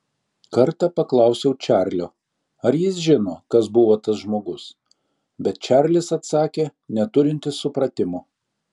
kartą paklausiau čarlio ar jis žino kas buvo tas žmogus bet čarlis atsakė neturintis supratimo